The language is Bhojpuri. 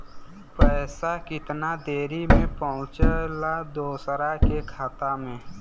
पैसा कितना देरी मे पहुंचयला दोसरा के खाता मे?